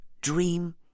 dream